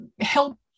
help